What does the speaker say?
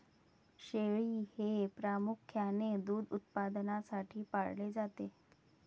शेळी हे प्रामुख्याने दूध उत्पादनासाठी पाळले जाते